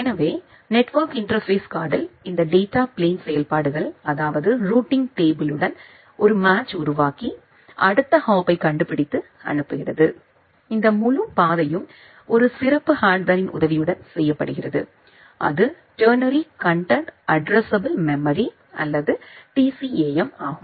எனவே network interface கார்டில் இந்த டேட்டா பிளேன் செயல்பாடுகள் அதாவது ரூட்டிங் டேபிள்ளுடன் ஒரு மேட்ச் உருவாக்கி அடுத்த ஹாப்பைக் கண்டுபிடித்து அனுப்புகிறது இந்த முழு பாதையும் ஒரு சிறப்பு ஹார்ட்வேர்ரின் உதவியுடன் செய்யப்படுகிறது அது டெர்னரி கன்டென்ட் அட்ட்ரஸ்சப்ளே மெமரி அல்லது TCAM ஆகும்